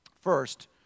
First